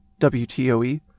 WTOE